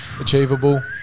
Achievable